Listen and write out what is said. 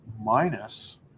minus